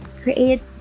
create